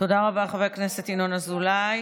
תודה רבה, חבר הכנסת ינון אזולאי.